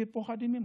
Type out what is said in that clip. כי הם פוחדים ממך.